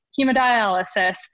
hemodialysis